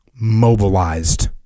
mobilized